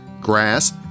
Grass